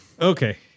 Okay